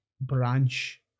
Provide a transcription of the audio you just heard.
branch